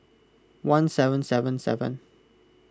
one seven seven seven